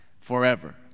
forever